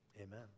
Amen